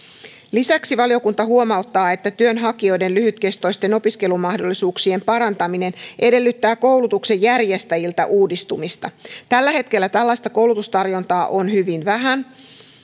lisäksi valiokunta huomauttaa että työnhakijoiden lyhytkestoisten opiskelumahdollisuuksien parantaminen edellyttää koulutuksen järjestäjiltä uudistumista tällä hetkellä tällaista koulutustarjontaa on hyvin vähän